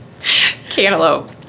cantaloupe